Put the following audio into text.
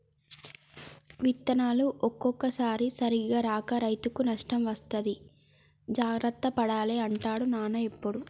విత్తనాలు ఒక్కోసారి సరిగా రాక రైతుకు నష్టం వస్తది జాగ్రత్త పడాలి అంటాడు నాన్న ఎప్పుడు